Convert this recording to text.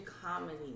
comedy